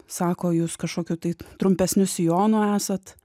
sako jūs kažkokiu tai trumpesniu sijonu esat